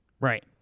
Right